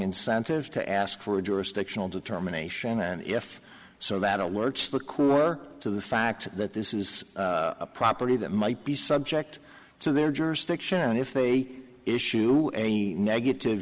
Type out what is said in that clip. incentive to ask for jurisdictional determination and if so that it works the core to the fact that this is a property that might be subject to their jurisdiction and if take issue a negative